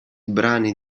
brani